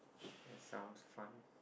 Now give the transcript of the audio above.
that sounds fun